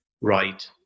right